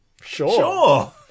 Sure